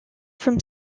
from